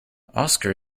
oscar